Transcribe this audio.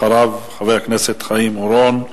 אחריו, חבר הכנסת חיים אורון,